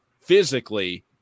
physically